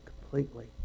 completely